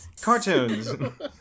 Cartoons